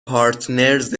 پارتنرز